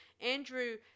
Andrew